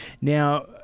Now